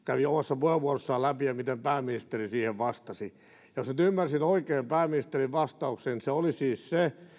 kävi omassa puheenvuorossaan läpi ja miten pääministeri siihen vastasi jos nyt ymmärsin oikein pääministerin vastauksen se oli siis se että